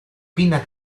pinna